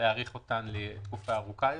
להאריך לתקופה ארוכה יותר?